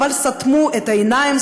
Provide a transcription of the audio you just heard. אבל סתמו את העיניים,